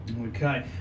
Okay